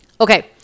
Okay